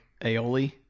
aioli